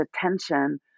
attention